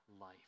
life